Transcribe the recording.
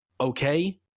okay